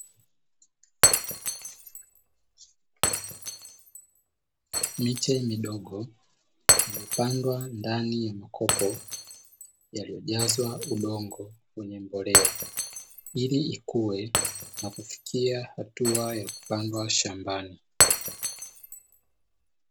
Miche midogo iliyopandwa ndani ya makopo yaliyojazwa udongo wenye mbolea, ili ikue na kufikia hatua ya kupadwa.